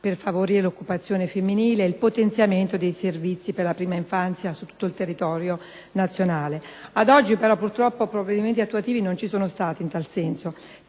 per favorire l'occupazione femminile e il potenziamento dei servizi per la prima infanzia su tutto il territorio nazionale. Ad oggi, però, purtroppo, provvedimenti attuativi non ci sono stati in tal senso,